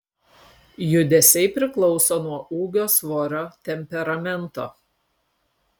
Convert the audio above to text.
judesiai priklauso nuo ūgio svorio temperamento